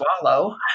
swallow